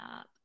up